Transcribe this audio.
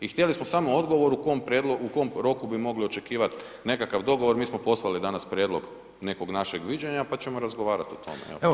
I htjeli smo samo odgovor u kom roku bi mogli očekivat nekakav dogovor, mi smo poslali danas prijedlog nekog našeg viđenja pa ćemo razgovarati o tome.